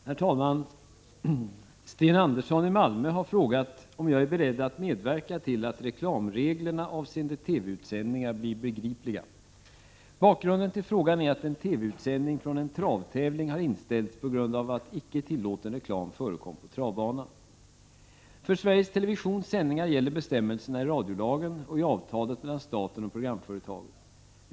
Herr talman! Sten Andersson i Malmö har frågat om jag är beredd att medverka till att reklamreglerna avseende TV-sändningar blir begripliga. Bakgrunden till frågan är att en TV-utsändning från en travtävling har inställts på grund av att icke tillåten reklam förekom på travbanan. För Sveriges Televisions sändningar gäller bestämmelserna i radiolagen och i avtalet mellan staten och programföretaget.